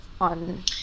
on